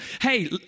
hey